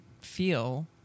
feel